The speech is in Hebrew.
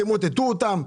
תמוטטו אותם,